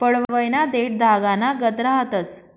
पडवयना देठं धागानागत रहातंस